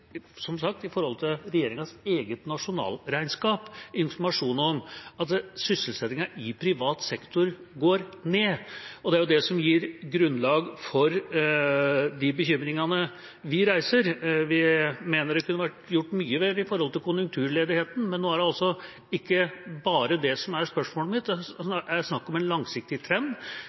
som sagt, i regjeringas eget nasjonalregnskap å få informasjon om at sysselsettingen i privat sektor går ned. Det er det som gir grunnlag for de bekymringene vi reiser. Vi mener det kunne vært gjort mye mer i forhold til konjunkturledigheten, men nå er det altså ikke bare det som er spørsmålet mitt. Det er snakk om en langsiktig trend,